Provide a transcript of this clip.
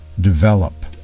develop